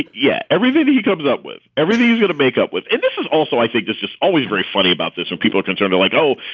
yeah, every day that he comes up with everything he's got to make up with this is also i think there's just always very funny about this. and people can turn to like, oh,